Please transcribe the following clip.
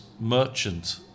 merchant